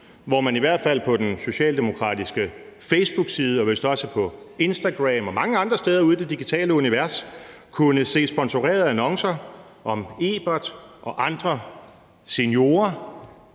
hvor man i hvert fald på den socialdemokratiske facebookside og vist også på Instagram og mange andre steder ude i det digitale univers kunne se sponsorerede annoncer om Ebert og andre seniorer,